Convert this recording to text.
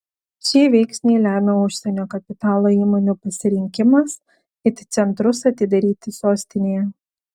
šį veiksnį lemia užsienio kapitalo įmonių pasirinkimas it centrus atidaryti sostinėje